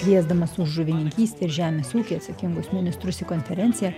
kviesdamas už žuvininkystę ir žemės ūkį atsakingus ministrus į konferenciją